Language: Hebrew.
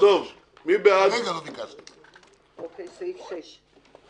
מי בעד סעיף 6?